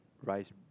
rice